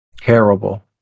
terrible